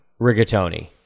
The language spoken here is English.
Rigatoni